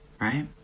right